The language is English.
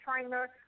trainer